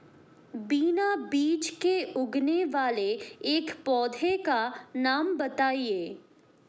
बिना बीज के उगने वाले एक पौधे का नाम बताइए